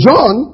John